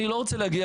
אני לא רוצה להגיע,